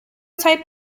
type